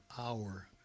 hour